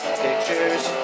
Pictures